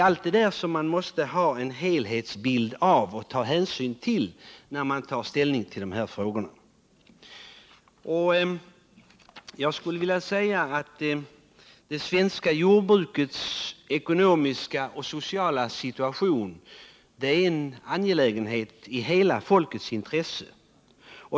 Allt det här måste man ha med i helhetsbilden och ta hänsyn till när man tar ställning till dessa frågor. Det svenska jordbrukets ekonomiska och sociala situation är en angelägenhet i hela folkets intresse.